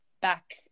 Back